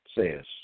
says